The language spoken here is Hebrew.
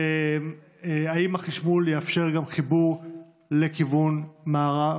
האם החשמול יאפשר גם חיבור לכיוון למערב,